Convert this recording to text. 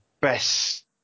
best